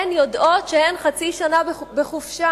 הן יודעות שהן חצי שנה בחופשה,